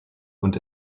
und